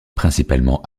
principalement